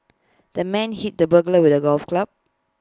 the man hit the burglar with A golf club